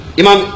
imam